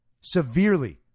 severely